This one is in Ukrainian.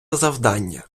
завдання